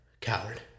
coward